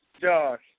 Josh